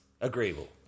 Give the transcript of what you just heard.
agreeable